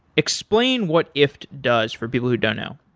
explain what ifttt does for people who don't know.